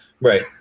Right